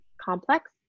complex